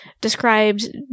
described